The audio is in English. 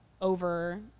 over